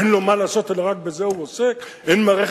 אין לו מה לעשות אלא רק בזה הוא עוסק?